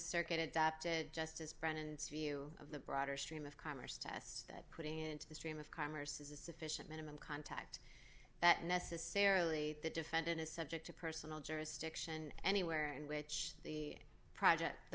circuit adapted justice brennan to you of the broader stream of commerce test that putting into the stream of commerce is a sufficient minimum contact that necessarily the defendant is subject to personal jurisdiction anywhere in which the project the